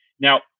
Now